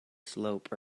slope